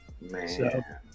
Man